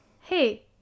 Hey